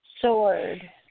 sword